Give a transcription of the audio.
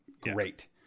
great